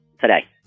today